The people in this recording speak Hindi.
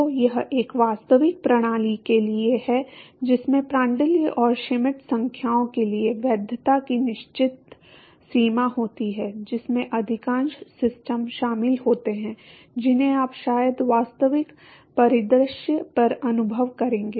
तो यह एक वास्तविक प्रणाली के लिए है जिसमें प्रांड्ल और श्मिट संख्याओं के लिए वैधता की निश्चित सीमा होती है जिसमें अधिकांश सिस्टम शामिल होते हैं जिन्हें आप शायद वास्तविक परिदृश्य पर अनुभव करेंगे